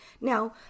Now